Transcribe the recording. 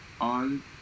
on